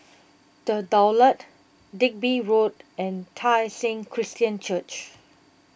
the Daulat Digby Road and Tai Seng Christian Church